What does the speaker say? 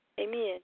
Amen